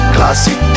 Classic